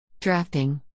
Drafting